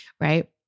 right